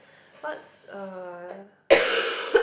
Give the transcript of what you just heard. what's uh